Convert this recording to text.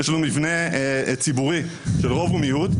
יש לנו מבנה ציבורי של רוב ומיעוט,